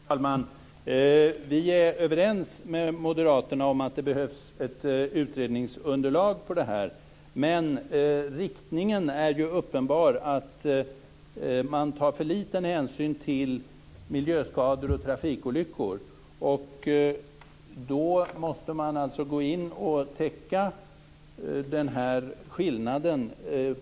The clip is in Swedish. Fru talman! Vi är överens med moderaterna om att det behövs ett utredningsunderlag. Men riktningen är ju uppenbar: Det tas för liten hänsyn till miljöskador och trafikolyckor, och då måste man gå in och täcka den här skillnaden.